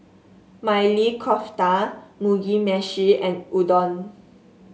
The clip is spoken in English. Maili Kofta Mugi Meshi and Udon